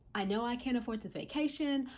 i know i can't afford this vacation,